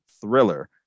thriller